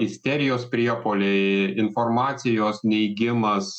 isterijos priepuoliai informacijos neigimas